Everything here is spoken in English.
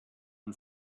and